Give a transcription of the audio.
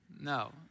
no